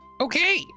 Okay